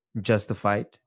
justified